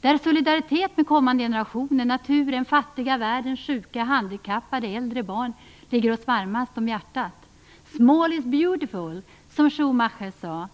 där solidaritet med kommande generationer, naturen, fattiga i världen, sjuka, handikappade, äldre och barn ligger oss varmast om hjärtat. "Small is beautiful", som Schumacher sade.